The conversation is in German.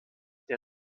der